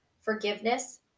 forgiveness